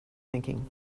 thinking